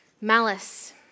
malice